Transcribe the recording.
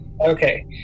Okay